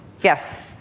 yes